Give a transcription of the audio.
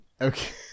Okay